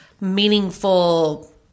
meaningful